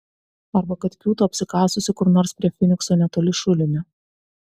arba kad kiūto apsikasusi kur nors prie finikso netoli šulinio